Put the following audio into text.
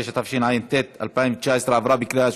86), התשע"ט 2019, נתקבל.